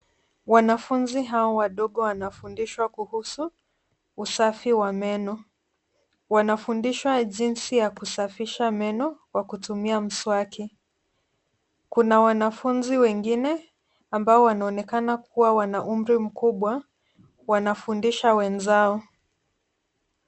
Wanafunzi hawa wadogo wanafundishwa kuhusu usafi wa meno. Wanafundishwa jinsi ya kusafisha meno kwa kutumia mswaki. Kuna wanafunzi wengine ambao wanaonekana kuwa wana umri mkubwa wanafundisha wenzao.